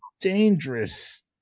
dangerous